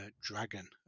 dragon